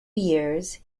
years